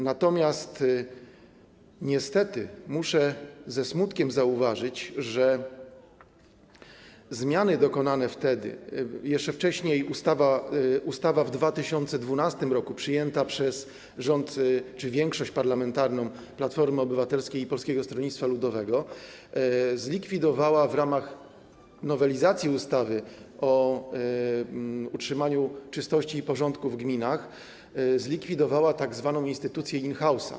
Natomiast niestety muszę ze smutkiem zauważyć, że zmiany wtedy dokonane, w tym jeszcze wcześniej ustawa przyjęta w 2012 r. przez rząd czy większość parlamentarną Platformy Obywatelskiej i Polskiego Stronnictwa Ludowego, zlikwidowały w ramach nowelizacji ustawy o utrzymaniu czystości i porządku w gminach tzw. instytucję in-house.